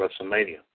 WrestleMania